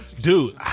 Dude